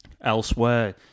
Elsewhere